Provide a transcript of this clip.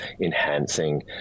enhancing